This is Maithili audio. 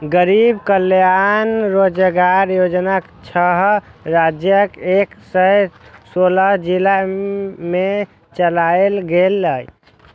गरीब कल्याण रोजगार योजना छह राज्यक एक सय सोलह जिला मे चलायल गेलै